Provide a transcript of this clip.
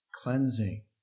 cleansing